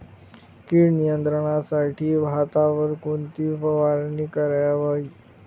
कीड नियंत्रणासाठी भातावर कोणती फवारणी करावी?